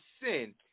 sin